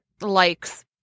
likes